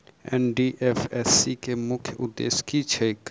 NDFSC केँ मुख्य उद्देश्य की छैक?